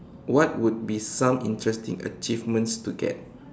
what would be some interesting achievements to get